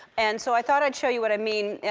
and so i thought i'd show you what i mean.